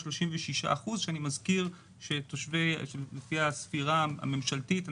36%. ואני מזכיר שלפי הספירה הממשלתית,